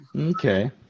Okay